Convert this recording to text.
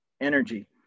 energy